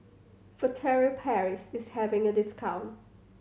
Furtere Paris is having a discount